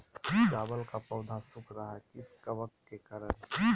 चावल का पौधा सुख रहा है किस कबक के करण?